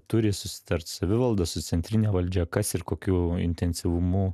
turi susitart savivalda su centrine valdžia kas ir kokiu intensyvumu